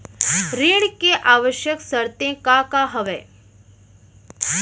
ऋण के आवश्यक शर्तें का का हवे?